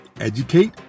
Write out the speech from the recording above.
educate